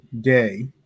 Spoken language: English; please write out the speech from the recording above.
day